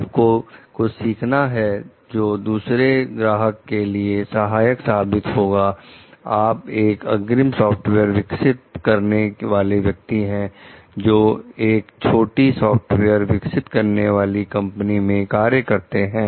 आपको कुछ सिखाता है जो दूसरे ग्राहक के लिए सहायक साबित होगा आप एक अग्रिम सॉफ्टवेयर विकसित करने वाले व्यक्ति हैं जो एक छोटी सॉफ्टवेयर विकसित करने वाली कंपनी में कार्य करते हैं